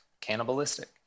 cannibalistic